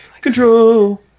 Control